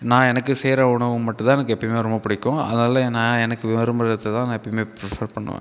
நான் எனக்கு செய்கிற உணவு மட்டும் தான் எனக்கு எப்பவுமே ரொம்ப பிடிக்கும் அதனால் நான் எனக்கு விரும்புகிறத தான் நான் எப்பவுமே ப்ரிஃபர் பண்ணுவேன்